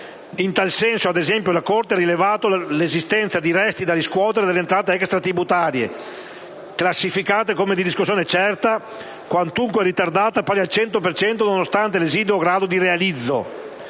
In tal senso, ad esempio, la Corte ha rilevato l'esistenza di resti da riscuotere delle entrate extratributarie classificate come di riscossione certa, quantunque ritardata, pari al 100 per cento, nonostante l'esiguo grado di realizzo,